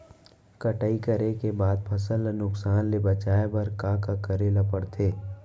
कटाई करे के बाद फसल ल नुकसान ले बचाये बर का का करे ल पड़थे?